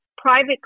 private